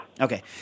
Okay